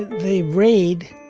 they raid,